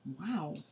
Wow